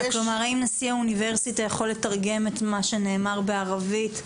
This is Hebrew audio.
כלומר אם נשיא האוניברסיטה יכול לתרגם את מה שנאמר בערבית.